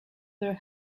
their